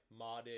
modded